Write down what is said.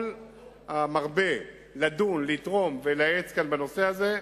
כל המרבה לדון, לתרום ולייעץ בנושא הזה,